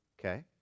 okay